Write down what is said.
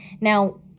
Now